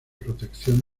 protección